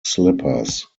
slippers